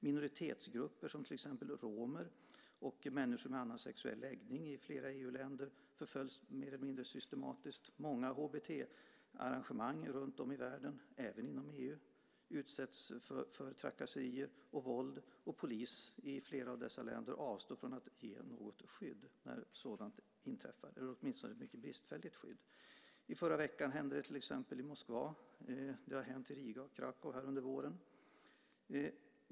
Minoritetsgrupper, som till exempel romer och människor med annan sexuell läggning i flera EU-länder, förföljs mer eller mindre systematiskt. Många HBT-arrangemang runtom i världen, även inom EU, utsätts för trakasserier och våld, och polis i flera av dessa länder avstår från att ge något skydd när sådant inträffar, eller ger ett mycket bristfälligt skydd. I förra veckan hände det till exempel i Moskva. Det har hänt i Riga och Krakow under våren.